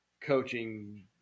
coaching –